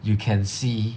you can see